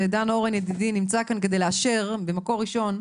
ודן אורן ידידי נמצא כאן כדי לאשר ממקור ראשון,